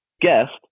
guest